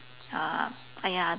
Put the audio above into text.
uh !aiya!